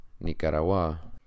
Nicaragua